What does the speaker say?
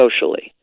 socially